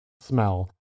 smell